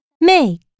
Make